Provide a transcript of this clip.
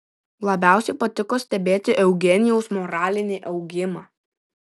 labiausiai patiko stebėti eugenijaus moralinį augimą